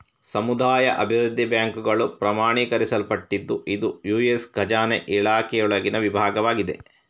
ಸಮುದಾಯ ಅಭಿವೃದ್ಧಿ ಬ್ಯಾಂಕುಗಳು ಪ್ರಮಾಣೀಕರಿಸಲ್ಪಟ್ಟಿದ್ದು ಇದು ಯು.ಎಸ್ ಖಜಾನೆ ಇಲಾಖೆಯೊಳಗಿನ ವಿಭಾಗವಾಗಿದೆ